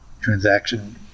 transaction